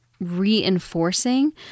reinforcing